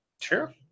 Sure